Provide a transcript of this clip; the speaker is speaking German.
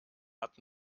hat